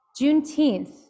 Juneteenth